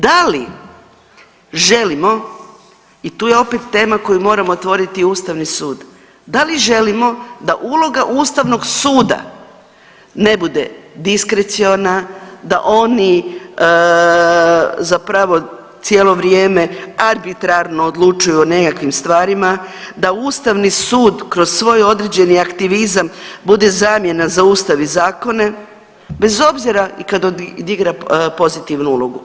Da li želimo i tu je opet tema koju moram otvoriti je Ustavni sud, da li želimo da uloga Ustavnog suda ne bude diskreciona, da oni zapravo cijelo vrijeme arbitrarno odlučuju o nekakvim stvarima, da Ustavni sud kroz svoje određeni aktivizam bude zamjena za Ustav i zakone, bez obzira i kad odigra pozitivnu ulogu.